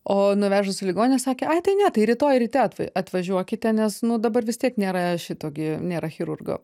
o nuvežus į ligoninę sakė ai tai ne tai rytoj ryte atvažiuokite nes nu dabar vis tiek nėra šito gi nėra chirurgo